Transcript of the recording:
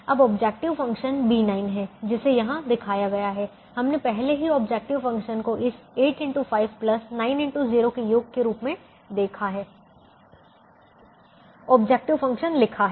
अब objective function B9 है जिसे यहाँ दिखाया गया है हमने पहले ही ऑब्जेक्टिव फ़ंक्शन को इस 8x5 9x0 के योग के रूप में देखा है ऑब्जेक्टिव फ़ंक्शन लिखा है